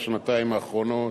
בשנתיים האחרונות.